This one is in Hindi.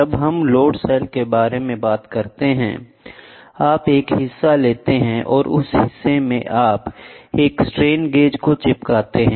जब हम लोड सेल के बारे में बात करते हैं आप एक हिस्सा लेते हैं और उस हिस्से में आप एक स्ट्रेन गेज को चिपकाते हैं